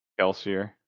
Kelsier